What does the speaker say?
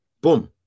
Boom